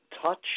touch